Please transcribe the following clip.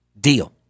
deal